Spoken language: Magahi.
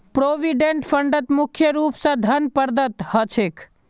प्रोविडेंट फंडत मुख्य रूप स धन प्रदत्त ह छेक